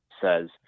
says